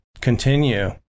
continue